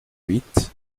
huit